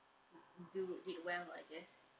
do did well I guess